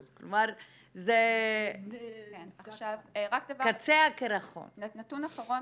כלומר, זה קצה הקרחון.